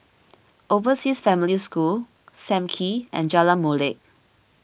Overseas Family School Sam Kee and Jalan Molek